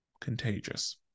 contagious